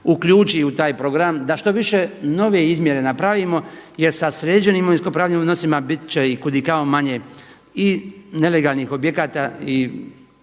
uključi u taj program, da što više nove izmjere napravimo jer sa sređenim imovinsko-pravnim odnosima bit će i kud i kamo manje i nelegalnih objekata i